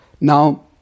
Now